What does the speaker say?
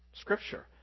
Scripture